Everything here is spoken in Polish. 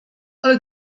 ale